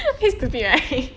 appears to be right